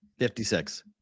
56